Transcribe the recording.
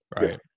right